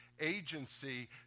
agency